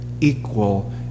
equal